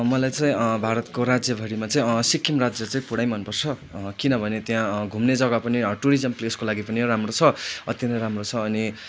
मलाई चै भारतको राज्यभरिमा चाहिँ सिक्किम राज्य चाहिँ पुरै मन पर्छ किनभने त्यहाँ घुम्ने जग्गा पनि टुरिज्म प्लेसको लागि पनि राम्रो छ अति नै राम्रो छ अनि